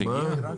באיו"ש?